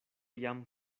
jam